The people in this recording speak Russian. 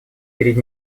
пред